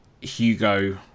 Hugo